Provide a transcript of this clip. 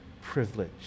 privilege